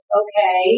okay